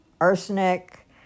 arsenic